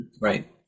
Right